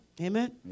Amen